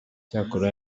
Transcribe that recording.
cyakora